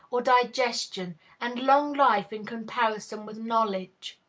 or digestion and long life in comparison with knowledge?